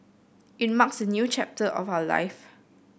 it marks a new chapter of our life